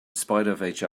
spite